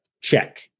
Check